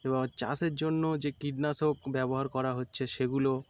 এবং চাষের জন্য যে কীটনাশক ব্যবহার করা হচ্ছে সেগুলো